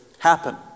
Happen